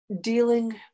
dealing